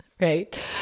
right